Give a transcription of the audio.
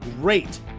great